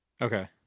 Okay